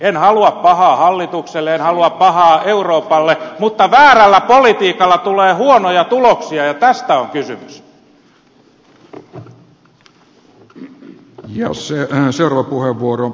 en halua pahaa hallitukselle en halua pahaa euroopalle mutta väärällä politiikalla tulee huonoja tuloksia ja tästä on kysymys